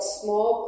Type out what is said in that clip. small